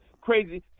crazy